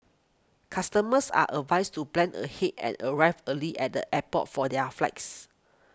customers are advised to plan ahead and arrive early at the airport for their flags